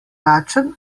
lačen